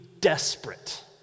desperate